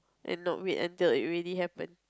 and not wait until it really happen